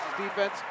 defense